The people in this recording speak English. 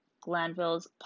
Glanville's